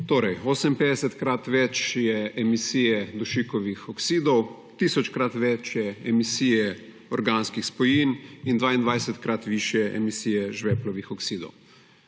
Torej, 58-krat več je emisije dušikovih oksidov, tisočkrat več je emisije organskih spojin in 22-krat višje emisije žveplovih oksidov.